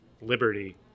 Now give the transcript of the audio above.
Liberty